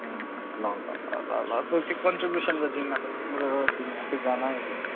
अँ ल ल ल ल ल त्यो चाहिँ कन्ट्रिबिउसनको जिम्मा त तिम्रो हो तिमी आफै जान है लु